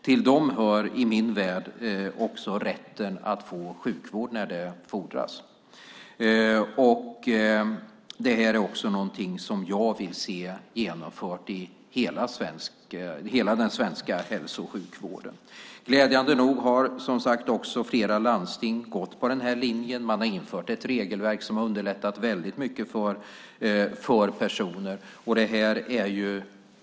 Till dessa hör i min värld också rätten att få sjukvård när sådan fordras. Det här är något som jag vill se genomfört i hela den svenska hälso och sjukvården. Glädjande nog har, som sagt, flera landsting gått på den linjen och infört ett regelverk som väldigt mycket underlättat för människor.